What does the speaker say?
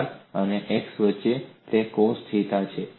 r અને x વચ્ચે તે કોસ થીટા છે